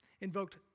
invoked